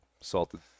Salted